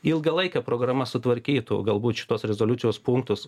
ilgalaikė programa sutvarkytų galbūt šitos rezoliucijos punktus